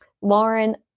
Lauren